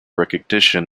recognition